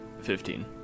Fifteen